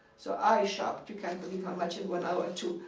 so i shopped you can't believe how much in one hour or two,